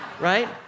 right